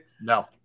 No